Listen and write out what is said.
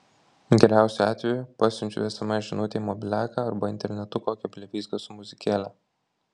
geriausiu atveju pasiunčiu sms žinutę į mobiliaką arba internetu kokią blevyzgą su muzikėle